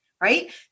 Right